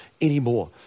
anymore